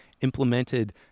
implemented